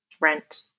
rent